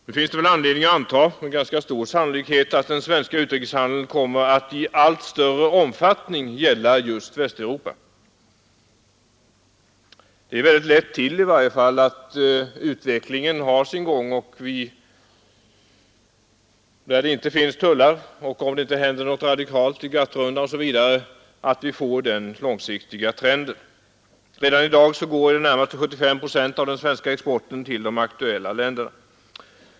Nu finns det väl anledning att anta med ganska stor sannolikhet att den svenska utrikeshandeln i allt större omfattning kommer att gälla just Västeuropa. Utvecklingen har sin gång — när det inte finns tullar kommer det på sikt att bli den trenden, om det inte händer något radikalt i GATT-rundan t.ex. Redan i dag går närmare 75 procent av den svenska exporten till de aktuella länderna.